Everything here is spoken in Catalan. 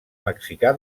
mexicà